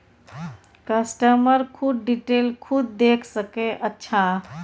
customer खुद detail खुद देख सके अच्छा